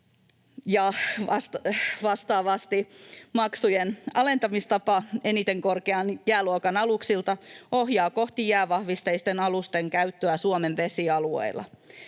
vastaavasti maksujen alentamistapa — eniten korkean ikäluokan aluksilta — ohjaa kohti jäävahvisteisten alusten käyttöä Suomen vesialueilla.